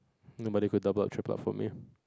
nobody could double or triplet up for me